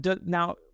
now